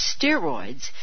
steroids